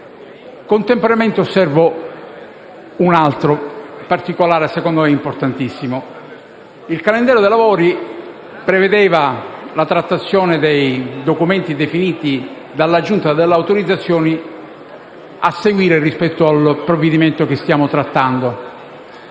Contemporaneamente osservo un altro particolare secondo me importantissimo. Il calendario dei lavori prevedeva la trattazione dei documenti definiti dalla Giunta delle elezioni e delle immunità parlamentari a seguire rispetto al provvedimento che stiamo trattando.